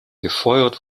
gefeuert